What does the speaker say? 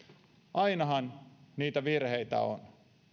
ainahan niitä virheitä on